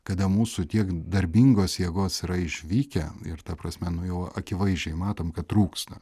kada mūsų tiek darbingos jėgos yra išvykę ir ta prasme nu jau akivaizdžiai matom kad trūksta